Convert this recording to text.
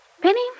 Penny